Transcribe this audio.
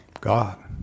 God